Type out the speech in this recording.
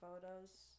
Photos